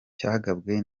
cyagabwe